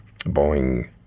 Boeing